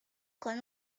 con